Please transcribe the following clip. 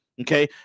okay